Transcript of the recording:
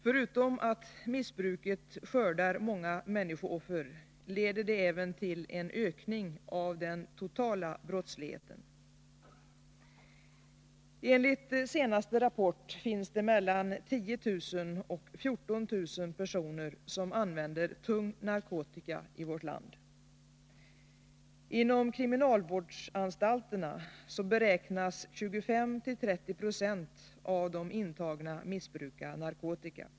Förutom att missbruket skördar många människooffer, leder det till en ökning av den totala brottsligheten. Enligt senaste rapport finns det mellan 10 000 och 14 000 personer som använder tung narkotika i vårt land. Man beräknar att 25-30 96 av de intagna på våra kriminalvårdsanstalter missbrukar narkotika.